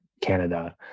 Canada